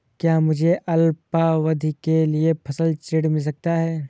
क्या मुझे अल्पावधि के लिए फसल ऋण मिल सकता है?